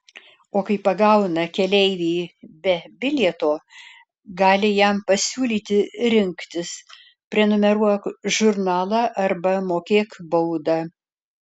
o kai pagauna keleivį be bilieto gali jam pasiūlyti rinktis prenumeruok žurnalą arba mokėk baudą